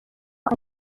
نور